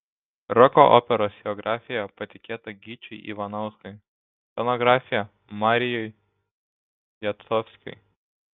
roko operos choreografija patikėta gyčiui ivanauskui scenografija marijui jacovskiui